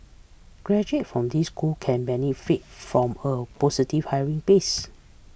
graduate from these school can benefit from a positive hiring bias